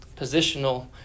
Positional